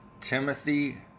Timothy